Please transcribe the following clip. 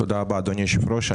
תודה רבה, אדוני היושב ראש.